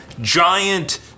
giant